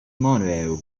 manuel